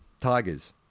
Tigers